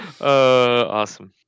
awesome